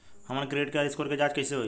हमन के credit score के जांच कैसे होइ?